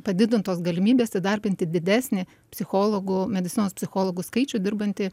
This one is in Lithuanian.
padidintos galimybės įdarbinti didesnį psichologų medicinos psichologų skaičių dirbantį